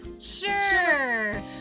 Sure